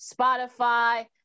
Spotify